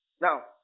Now